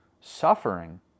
Suffering